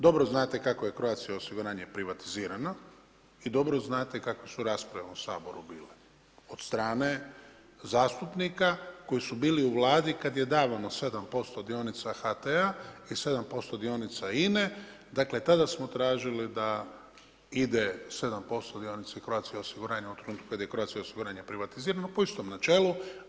Dobro znate kako je Croatia osiguranje privatizirana i dobro znate kakve su rasprave u ovom Saboru bile od strane zastupnika koji su bili u Vladi kada je davano 7% dionica HT-a i 7% dionica INA-e, dakle tada smo tražili da ide 7% dionica Croatia osiguranju u onom trenutku kada je Croatia osiguranje privatizirano po istom načelu.